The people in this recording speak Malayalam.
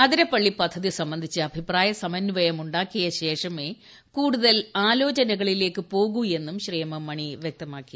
അതിരപ്പള്ളി പദ്ധതി സംബന്ധിച്ച് അഭിപ്രായ സമന്വയം ഉണ്ടാക്കിയ ശേഷമേ കൂടുതൽ ആലോചനകളിലേക്ക് പോകൂ എന്നും ശ്രീ എം എം മണി വ്യക്തമാക്കി